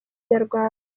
nyarwanda